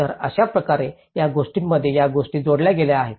तर अशा प्रकारे या गोष्टींमध्ये या गोष्टी जोडल्या गेल्या आहेत